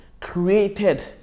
created